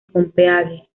copenhague